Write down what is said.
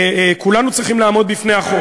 וכולנו צריכים לעמוד בפני החוק.